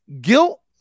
guilt